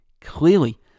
Clearly